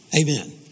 Amen